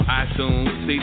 iTunes